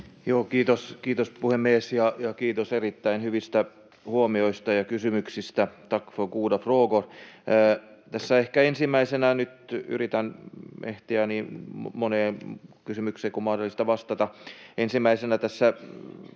Kiitos, puhemies! Ja kiitos erittäin hyvistä huomioista ja kysymyksistä.